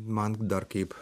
man dar kaip